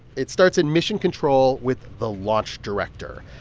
it starts in mission control with the launch director,